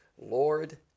Lord